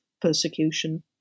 persecution